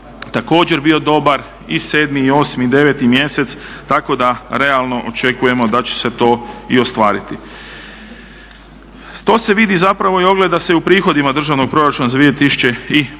također bio dobar i 7. i 8. i 9. mjesec tako da realno očekujemo da će se to i ostvariti. To se vidi zapravo i ogleda se i u prihodima državnog proračuna za 2015. godinu,